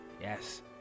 Yes